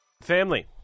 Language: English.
Family